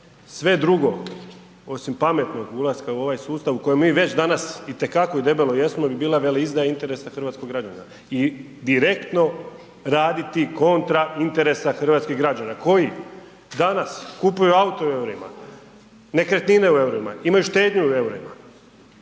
sve drugo osim pametnog ulaska u ovaj sustav u kojem mi već danas itekako i debelo jesmo, bi bila veleizdaja interesa hrvatskog građanina i direktno raditi kontra interesa hrvatskih građana koji danas kupuju auto u EUR-ima, nekretnine u EUR-ima, imaju štednju u EUR-ima,